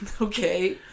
Okay